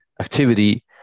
activity